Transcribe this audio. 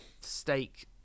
steak